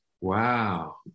wow